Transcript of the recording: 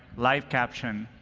live caption,